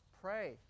pray